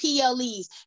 PLEs